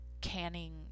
canning